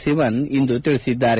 ಸಿವನ್ ಇಂದು ತಿಳಿಸಿದ್ದಾರೆ